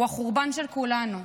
הוא החורבן של כולנו.